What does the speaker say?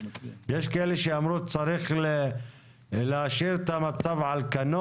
יש כאלה שאמרו שצריך להשאיר את המצב על כנו,